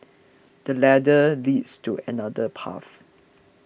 the ladder leads to another path